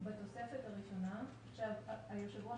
בתוספת הראשונה המפרטת --- היושב ראש,